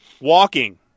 Walking